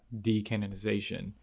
decanonization